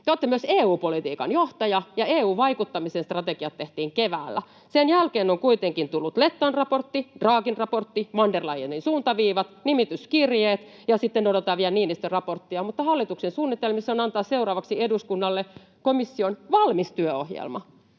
Te olette myös EU-politiikan johtaja, ja EU-vaikuttamisen strategiat tehtiin keväällä. Sen jälkeen on kuitenkin tullut Lettan raportti, Draghin raportti, von der Leyenin suuntaviivat, nimityskirjeet ja sitten odotan vielä Niinistön raporttia, mutta hallituksen suunnitelmissa on antaa seuraavaksi eduskunnalle komission valmis työohjelma.